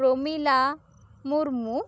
Pramila Murmu